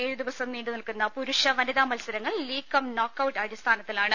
ഏഴു ദിവസം നീണ്ടുനിൽക്കുന്ന പുരുഷ വനിതാ മത്സരങ്ങൾ ലീഗ് കം നോക്കൌട്ട് അടിസ്ഥാനത്തിലാണ്